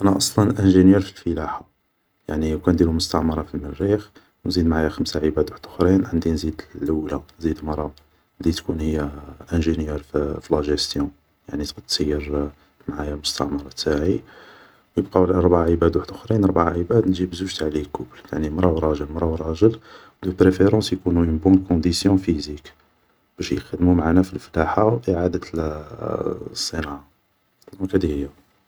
انا أصلا انجينيور في الفلاحة, يعني لو كان نديرو مستعمرة في المريخ و نزيد معايا خمسة عيباد وحدخرين عندي نزيد اللولة نزيد مرة لي تكون هي انجينيور في لا جاستيون تسير معايا المستعمرة تاعي و يبقاولي ربعة عيباد وحدخرين نزيد زوج تاع لي كوبل مرا و راجل مرا و راجل, دو بريفيرونس يكون اون بون كونديسيون فيزيك باش يخدمو معانا في الفلاحة و اعادة الصناعة, دونك هادي هي